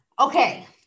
Okay